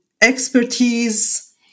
expertise